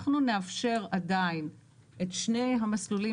אנחנו נאפשר עדיין את שני המסלולים